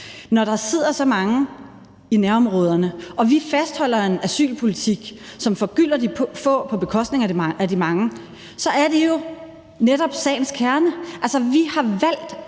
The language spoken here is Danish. at der sidder så mange i nærområderne og vi fastholder en asylpolitik, som forgylder de få på bekostning af de mange. Vi har valgt aktivt at tage nogle mennesker hertil, og det